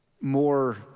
more